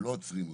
ולא עוצרים אותו.